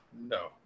No